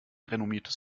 renommiertes